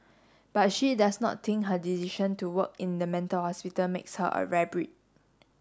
but she does not think her decision to work in the mental hospital makes her a rare breed